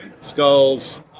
Skulls